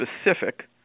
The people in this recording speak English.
specific